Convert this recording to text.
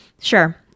sure